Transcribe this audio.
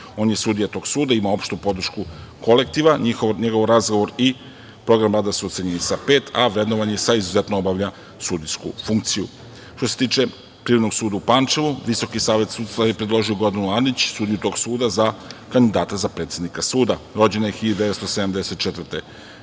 On je sudija tog suda. Ima opštu podršku kolektiva. Njegov razgovor i program rada su ocenjeni sa „pet“, a vrednovan je sa „izuzetno obavlja sudijsku funkciju“.Što se tiče Privrednog suda u Pančevu, Visoki savet sudstva je predložio Gordanu Anić, sudiju tog suda, za kandidata za predsednika suda. Rođena je 1974. godine.